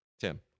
Tim